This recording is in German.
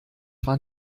war